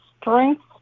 strength